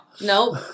Nope